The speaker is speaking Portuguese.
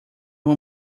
uma